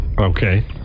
Okay